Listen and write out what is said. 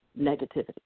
negativity